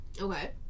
Okay